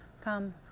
come